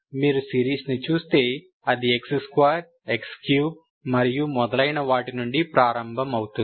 మీరు సిరీస్ను చూస్తే అది x2 x3 మరియు మొదలైన వాటి నుండి ప్రారంభమవుతుంది